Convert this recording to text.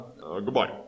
goodbye